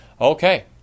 Okay